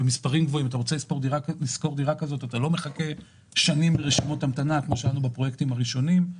לא כמו שהיה שחיכו שנים ברשימות המתנה בפרויקטים הראשונים,